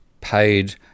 paid